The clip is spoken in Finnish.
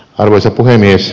arvoisa puhemies